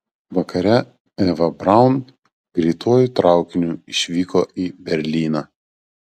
vakare eva braun greituoju traukiniu išvyko į berlyną